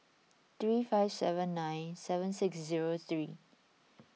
three five seven nine seven six zero three